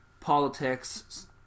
politics